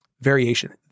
Variation